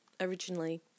originally